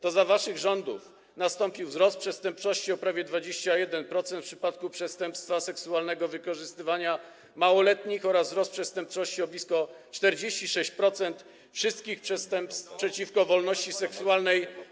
To za waszych rządów nastąpił wzrost przestępczości o prawie 21% w przypadku przestępstwa seksualnego wykorzystywania małoletnich oraz wzrost przestępczości o blisko 46% w przypadku wszystkich przestępstw przeciwko wolności seksualnej.